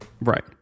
Right